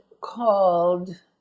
called